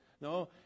No